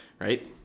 Right